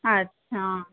अच्छा